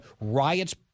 riots